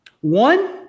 One